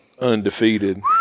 undefeated